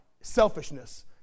selfishness